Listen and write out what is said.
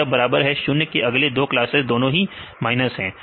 तो यह बराबर है 0 के अगले दो क्लासेस दोनों ही माइनस है